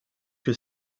que